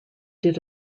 did